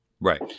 right